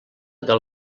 del